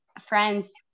friends